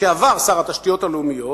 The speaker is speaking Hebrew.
לשעבר שר התשתיות הלאומיות.